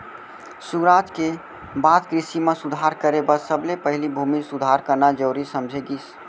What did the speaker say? सुराज के बाद कृसि म सुधार करे बर सबले पहिली भूमि सुधार करना जरूरी समझे गिस